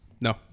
No